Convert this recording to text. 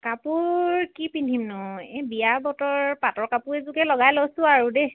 কাপোৰ কি পিন্ধিমনো এই বিয়াৰ বতৰ পাটৰ কাপোৰ এযোৰকে লগাই লৈছো আৰু দেই